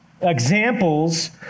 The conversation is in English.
examples